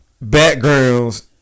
Backgrounds